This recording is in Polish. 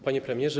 Panie Premierze!